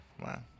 wow